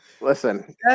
Listen